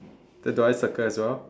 so do I circle as well